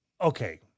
Okay